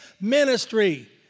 ministry